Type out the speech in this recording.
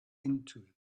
into